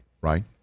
Right